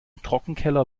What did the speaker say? trockenkeller